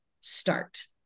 start